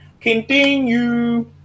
Continue